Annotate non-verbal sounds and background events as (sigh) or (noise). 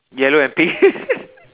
yellow and pink (laughs)